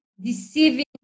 deceiving